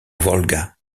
volga